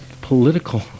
political